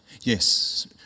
Yes